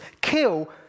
kill